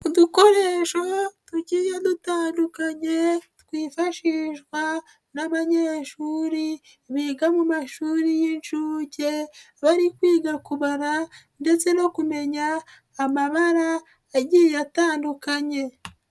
Udukoresho tugiye dutandukanye, twifashishwa n'abanyeshuri, biga mu mashuri y'inshuke, bari kwiga kubara ndetse no kumenya amabara agiye atandukanye.